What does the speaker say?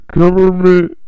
government